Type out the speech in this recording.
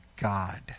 God